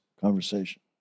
conversation